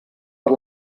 per